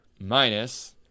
minus